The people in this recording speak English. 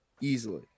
easily